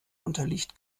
unterliegt